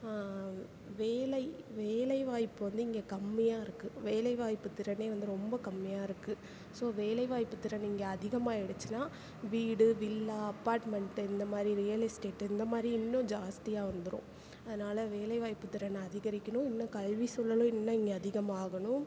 வேலை வேலை வாய்ப்பு வந்து இங்கே கம்மியாக இருக்கு வேலை வாய்ப்பு திறனே வந்து ரொம்ப கம்மியாக இருக்கு ஸோ வேலை வாய்ப்பு திறன் இங்கே அதிகமாயிடுச்சின்னா வீடு வில்லா அப்பார்ட்மெண்ட்டு இந்த மாதிரி ரியல் எஸ்டேட்டு இந்த மாதிரி இன்னும் ஜாஸ்தியாக வந்துரும் அதனால வேலைவாய்ப்பு திறன் அதிகரிக்கணும் இன்னும் கல்வி சூழலும் இன்னும் இங்கே அதிகமாக ஆகணும்